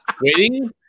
waiting